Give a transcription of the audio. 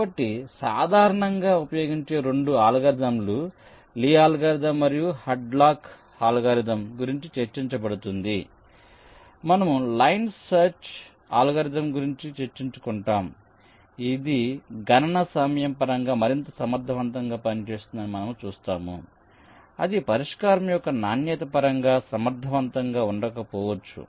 కాబట్టి సాధారణంగా ఉపయోగించే 2 అల్గోరిథం లు లీ అల్గోరిథం మరియు హాడ్లాక్ అల్గోరిథం గురించి చర్చించబడుతుంది తరువాత మనము లైన్ సెర్చ్ అల్గోరిథం గురించి చర్చించుకుంటాం ఇది గణన సమయం పరంగా మరింత సమర్థవంతంగా పనిచేస్తుందని మనము చూస్తాము అది పరిష్కారం యొక్క నాణ్యత పరంగా సమర్థవంతంగా ఉండకపోవచ్చు